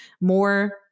more